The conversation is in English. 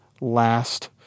last